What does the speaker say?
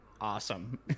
awesome